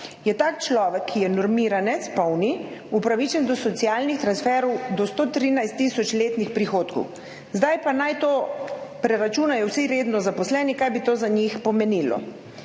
otrokom človek, ki je polni normiranec, upravičen do socialnih transferov do 113 tisoč letnih prihodkov. Zdaj pa naj to preračunajo vsi redno zaposleni, kaj bi to za njih pomenilo.